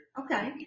okay